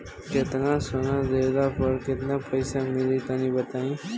केतना सोना देहला पर केतना पईसा मिली तनि बताई?